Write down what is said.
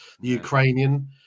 Ukrainian